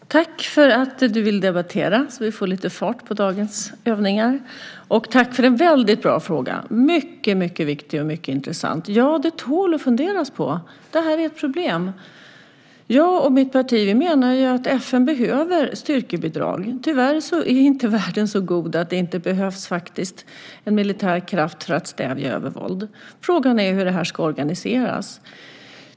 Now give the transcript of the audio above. Fru talman! Tack för att du vill debattera så att vi får lite fart på dagens övningar. Och tack för en väldigt bra fråga. Det är en mycket viktig och intressant fråga. Ja, det tål att funderas på. Detta är ett problem. Jag och mitt parti menar att FN behöver styrkebidrag. Tyvärr är världen inte så god att det inte behövs en militär kraft för att stävja övervåld. Frågan är hur detta ska organiseras.